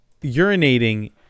urinating